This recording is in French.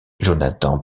jonathan